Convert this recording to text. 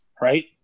right